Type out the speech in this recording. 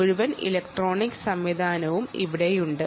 മുഴുവൻ ഇലക്ട്രോണിക്സ് സംവിധാനവും ഇവിടെയുണ്ട്